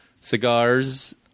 cigars